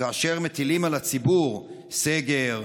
כאשר מטילים על הציבור סגר,